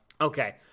Okay